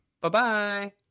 Bye-bye